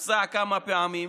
הוא הוצע כמה פעמים.